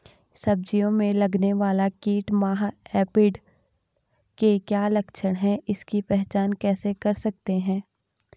सब्जियों में लगने वाला कीट माह एफिड के क्या लक्षण हैं इसकी पहचान कैसे कर सकते हैं?